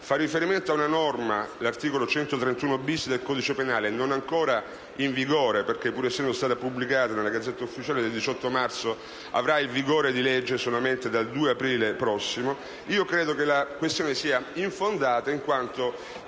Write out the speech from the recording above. fa riferimento a una norma, l'articolo 131-*bis* del codice penale, non ancora in vigore perché, pur essendo stata pubblicata nella *Gazzetta Ufficiale* del 18 marzo, entrerà in vigore solo dal 2 aprile prossimo. Io credo che la questione sia infondata perché